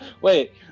Wait